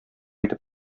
итеп